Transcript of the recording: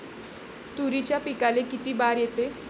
तुरीच्या पिकाले किती बार येते?